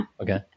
Okay